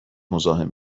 مزاحم